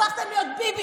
הפכתם להיות ביבי,